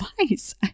advice